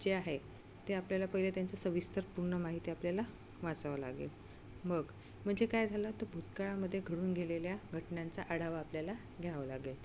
जे आहे ते आपल्याला पहिले त्यांचं सविस्तर पूर्ण माहिती आपल्याला वाचावं लागेल मग म्हणजे काय झालं तर भूतकाळामध्ये घडून गेलेल्या घटनांचा आढावा आपल्याला घ्यावं लागेल